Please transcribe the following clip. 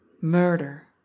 Murder